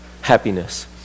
Happiness